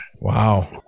Wow